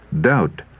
Doubt